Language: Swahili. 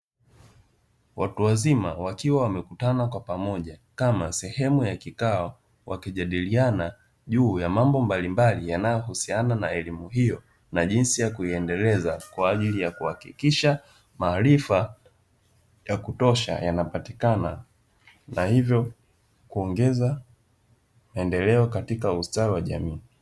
Watu wazima wakiwa wamekutana kwa pamoja kama sehemu ya kikao wakijadiliana juu ya mambo mbalimbali yanayohusiana na elimu hiyo na jinsi ya kuiendeleza kwa ajili ya kuhakikisha maarifa ya kutosha yanapatikana na hivyo kuongeza maendeleo katika ustawi wa jamii.